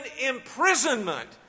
imprisonment